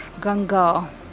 Ganga